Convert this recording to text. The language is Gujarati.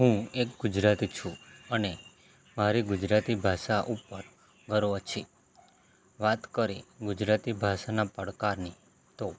હું એક ગુજરાતી છું અને મારી ગુજરાતી ભાષા ઉપર ગર્વ છે વાત કરે ગુજરાતી ભાષાના પડકારની તો